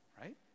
right